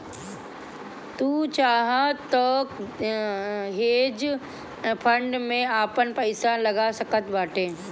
तू चाहअ तअ हेज फंड में आपन पईसा लगा सकत बाटअ